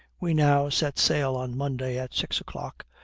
we now set sail on monday at six o'clock,